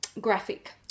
graphic